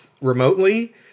remotely